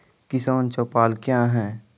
किसान चौपाल क्या हैं?